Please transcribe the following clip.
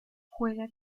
juega